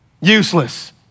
useless